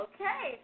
Okay